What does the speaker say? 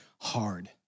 hard